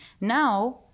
Now